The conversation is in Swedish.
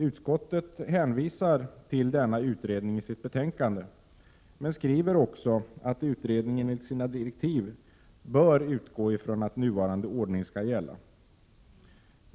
Utskottet hänvisar till denna utredning i sitt betänkande men skriver också att utredningen enligt sina direktiv bör utgå från att nuvarande ordning skall gälla.